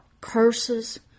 Curses